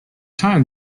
time